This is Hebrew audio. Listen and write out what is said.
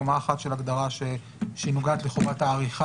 קומה אחת של הגדרה שנוגעת לחובת העריכה